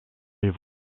vous